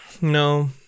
No